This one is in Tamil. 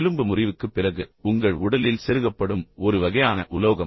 எலும்பு முறிவுக்குப் பிறகு உங்கள் உடலில் செருகப்படும் ஒரு வகையான உலோகம்